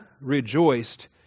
rejoiced